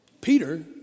Peter